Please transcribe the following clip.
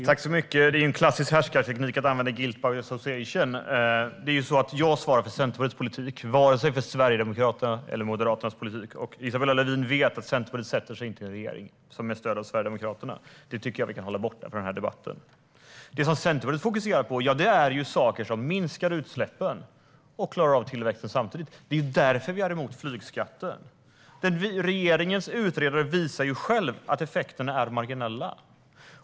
Herr talman! Det är klassisk härskarteknik att använda guilt by association. Jag svarar för Centerpartiets politik, varken för Sverigedemokraternas eller Moderaternas politik. Isabella Lövin vet att Centerpartiet inte sätter sig i en regering som stöds av Sverigedemokraterna, så det kan vi hålla borta från denna debatt. Centerpartiet fokuserar på saker som minskar utsläppen samtidigt som vi klarar tillväxten. Det är därför vi är emot flygskatten. Regeringens egen utredare har ju visat att effekterna är marginella.